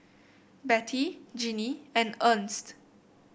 Bette Jinnie and Ernst